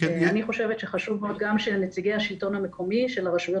אני חושבת שחשוב מאוד גם שנציגי השלטון המקומי של הרשויות